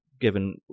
given